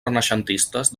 renaixentistes